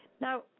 Now